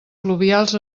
pluvials